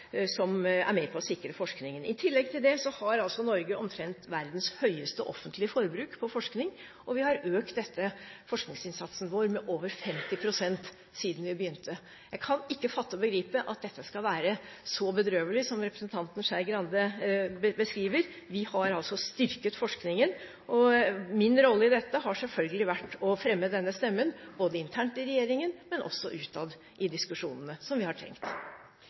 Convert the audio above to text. som er med på sikre forskningen. I tillegg til det har Norge omtrent verdens høyeste offentlige forbruk på forskning, og vi har økt forskningsinnsatsen vår med over 50 pst. siden vi begynte. Jeg kan ikke fatte og begripe at dette skal være så bedrøvelig som representanten Skei Grande beskriver. Vi har altså styrket forskningen. Min rolle i dette har selvfølgelig vært å fremme denne stemmen – både internt i regjeringen og utad i diskusjonene som vi har